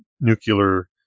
nuclear